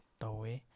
ꯇꯧꯏ